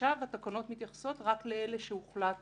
ועכשיו התקנות מתייחסות רק לאלה שהוחלט